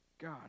God